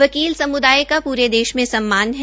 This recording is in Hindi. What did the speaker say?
वकील समूदाय को पूरे देश में सम्मान है